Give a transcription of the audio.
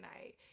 night